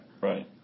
Right